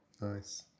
Nice